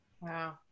Wow